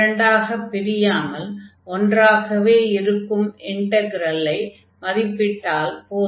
இரண்டாகப் பிரியாமல் ஒன்றாகவே இருக்கும் இன்டக்ரலை மதிப்பிட்டால் போதும்